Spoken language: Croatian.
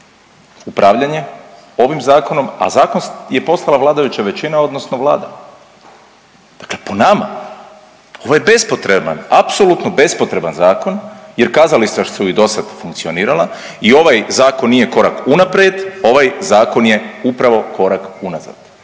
upravljanje ovim zakonom, a zakon je poslala vladajuća većina odnosno Vlada, dakle po nama ovo je bespotreban, apsolutno bespotreban zakon jer kazališta su i dosad funkcionirala i ovaj zakon nije korak unaprijed, ovaj zakon je upravo korak unazad